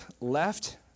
left